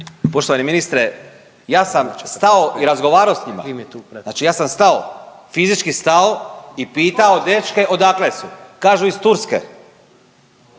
Poštovani ministre ja sam stao i razgovarao s njima. Znači ja sam stao, fizički stao i pitao dečke odakle su, kažu iz Turske,